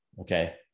okay